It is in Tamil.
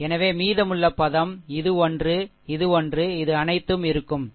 எனவே மீதமுள்ள பதம் இது ஒன்று இது ஒன்று இது அனைத்தும் இருக்கும் சரி